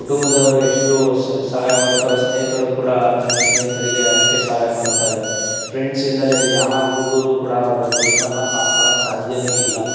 ಕುಟುಂಬದವರು ಎಷ್ಟು ಸಹಾಯ ಮಾಡ್ತಾರೋ ಸ್ನೇಹಿತರು ಕೂಡ ತನ್ನ ಸ್ನೇಹಿತರಿಗೆ ಅಷ್ಟೇ ಸಹಾಯ ಮಾಡುತ್ತಾರೆ ಫ್ರೆಂಡ್ಸ್ ಇಲ್ದೇ ಯಾವ ಹುಡ್ಗೂರು ಕೂಡ ಅವ್ರ ಲೈಫನ್ನು ಪಾಸ್ ಮಾಡಕ್ಕೆ ಸಾಧ್ಯವೇ ಇಲ್ಲ